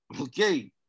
Okay